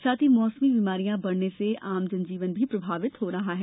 साथ ही मौसमी बीमरियां बढ़ने से आम जन भी प्रभावित हो रहे हैं